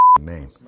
name